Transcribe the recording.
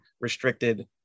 restricted